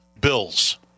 bills